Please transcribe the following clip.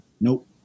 Nope